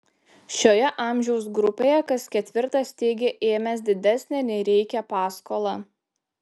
šioje amžiaus grupėje kas ketvirtas teigia ėmęs didesnę nei reikia paskolą